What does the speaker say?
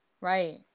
Right